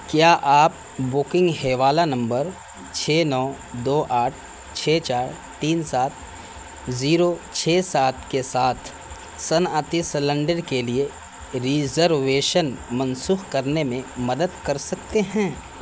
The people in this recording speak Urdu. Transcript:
کیا آپ بکنگ حیوالہ نمبر چھ نو دو آٹھ چھ چار تین سات زیرو چھ سات کے ساتھ صنعتی سلنڈر کے لیے ریزرویشن منسوخ کرنے میں مدد کر سکتے ہیں